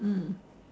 mm